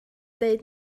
dweud